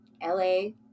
L-A